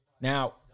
Now